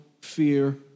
fear